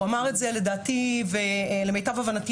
הוא אמר את זה למיטב הבנתי,